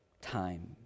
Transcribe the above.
time